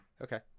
Okay